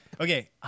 Okay